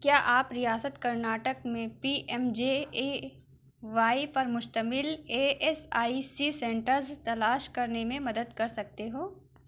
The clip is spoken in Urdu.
کیا آپ ریاست کرناٹک میں P M J A Y پر مشتمل A S I C centres تلاش کرنے میں مدد کر سکتے ہو